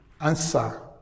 answer